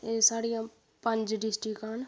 एह् साढ़ियां पंज डिस्टिकां न